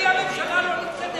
בלי הממשלה לא נתקדם.